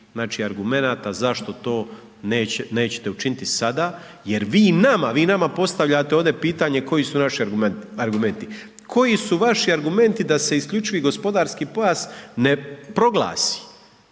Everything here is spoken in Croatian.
nikakvih argumenata zašto to nećete učiniti sada jer vi nama, vi nama postavljate ovdje pitanje koji su naši argumenti. Koji su vaši argumenti da se IGP ne proglasi?